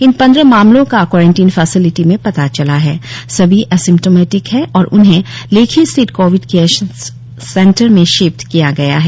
इन पंद्रह मामलों का क्वारेंटाइन फेसेलिटी में पता चला है सभी एसिम्टोमेटिक है और उन्हें लेखी स्थित कोविड केयर सेंटर में शिफ्ट किया गया है